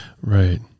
Right